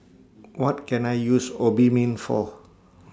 What Can I use Obimin For